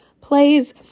plays